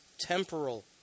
temporal